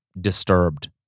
disturbed